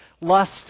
lust